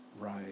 Right